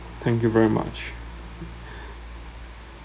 thank you very much